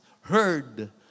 heard